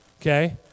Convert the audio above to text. okay